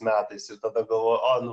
metais ir tada galvo o nu